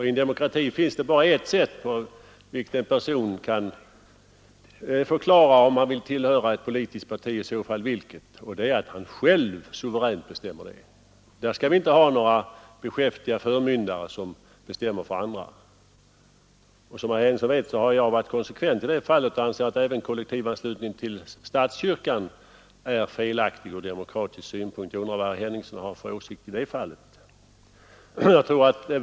I en demokrati finns det bara ett sätt på vilket en person kan förklara om han vill tillhöra ett politiskt parti, och det är att her själv suveränt bestämmer det. Där skall vi inte ha några beskäftiga förmyndare som bestämmer för andra. Som herr Henningsson vet, har jag varit konsekvent i det fallet och anser att även kollektivanslutning till statskyrkan är felaktig ur demokratisk synpunkt. Jag undrar vad herr Henningsson har för åsikt i det fallet?